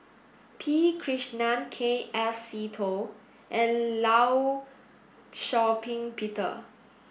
P Krishnan K F Seetoh and Law Shau Ping Peter